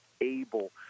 able